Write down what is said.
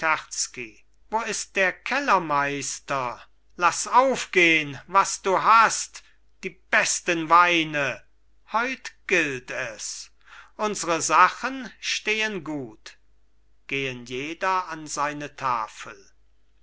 wo ist der kellermeister laß aufgehn was du hast die besten weine heut gilt es unsre sachen stehen gut gehen jeder an seine tafel